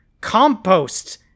compost